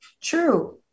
true